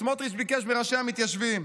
סמוטריץ' ביקש מראשי המתיישבים.